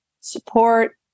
support